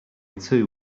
too